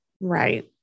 right